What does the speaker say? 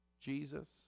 Jesus